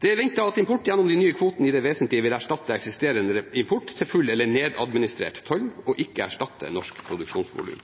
Det er ventet at import gjennom de nye kvotene i det vesentlige vil erstatte eksisterende import til full eller nedadministrert toll og ikke erstatte det norske produksjonsvolumet.